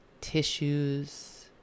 tissues